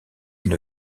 une